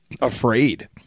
afraid